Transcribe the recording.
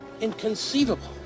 Inconceivable